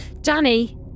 Danny